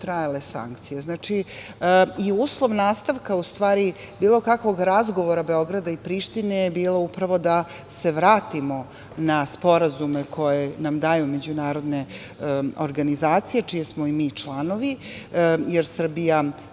traje sankcije. Uslov nastavka bilo kakvog razgovora Beograda i Prištine je bilo upravo da se vratimo na sporazume koje nam daju međunarodne organizacije, čiji smo i mi članovi, jer Srbija